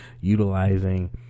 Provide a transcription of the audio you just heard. utilizing